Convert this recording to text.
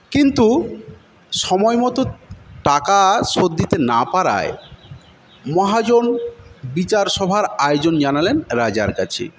কিন্তু সময়মতো টাকা শোধ দিতে না পারায় মহাজন বিচার সভার আয়োজন জানালেন রাজার কাছে